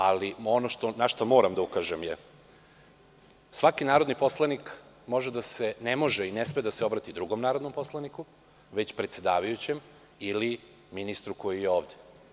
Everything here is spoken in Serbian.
Ali, ono na šta moram da ukažem je da svaki narodni poslanik ne može i ne sme da se obrati drugom narodnom poslaniku, već predsedavajućem ili ministru koji je ovde.